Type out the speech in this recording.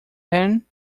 then